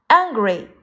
angry